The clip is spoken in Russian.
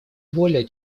воля